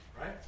right